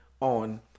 on